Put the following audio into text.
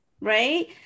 Right